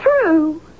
true